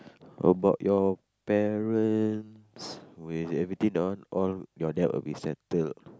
about your parents with everything on all your dad will be settled